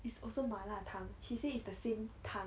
it's also 麻辣汤 she say it's the same 汤